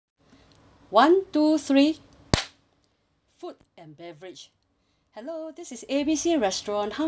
one two three food and beverage hello this is A B C restaurant how may I help you